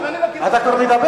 אתה את השר הערבי לא קיבלת.